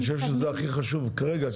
אני חושב שזה הכי חשוב כרגע.